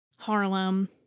Harlem